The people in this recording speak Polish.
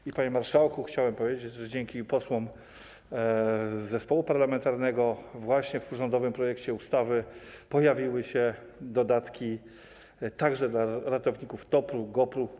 I, panie marszałku, chciałem powiedzieć, że dzięki posłom z zespołu parlamentarnego w rządowym projekcie ustawy pojawiły się dodatki także dla ratowników TOPR-u i GOPR-u.